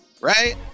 right